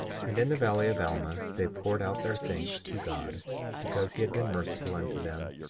and in the valley of alma they poured out their thanks to god because he had been merciful unto them,